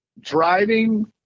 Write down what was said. driving